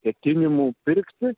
ketinimų pirkti